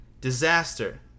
Disaster